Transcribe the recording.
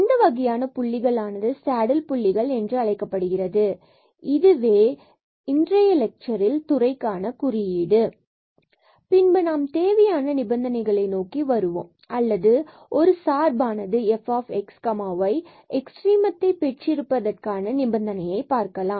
இந்த வகையான புள்ளிகள் ஆனது சேடில் புள்ளிகள் என்று அழைக்கப்படுகிறது இதுவே இன்றைய லெட்சரில் துறைக்கான குறியீடு ஆகும் பின்பு நாம் தேவையான நிபந்தனைகளை நோக்கி வருவோம் அல்லது ஒரு fxy சார்பானது எக்ஸ்டீரீமம் பெற்று இருப்பதற்கான நிபந்தனையை பார்க்கலாம்